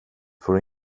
får